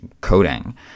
coding